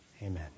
Amen